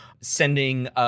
sending